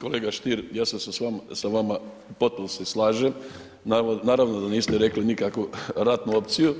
Kolega Stier, ja se sa vama u potpunosti slažem, naravno da niste rekli nikakvu ratnu opciju,